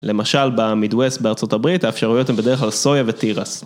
למשל במידווסט בארצות הברית האפשרויות הן בדרך כלל סויה ותירס.